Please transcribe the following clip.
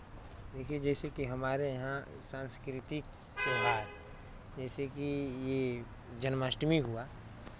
देखिए जैसेकि हमारे यहाँ सांस्कृतिक त्यौहार जैसेकि ये जन्माष्टमी हुआ